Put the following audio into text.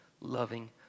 loving